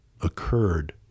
occurred